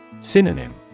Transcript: Synonym